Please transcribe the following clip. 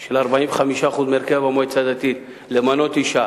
של 45% מהרכב המועצה הדתית למנות אשה,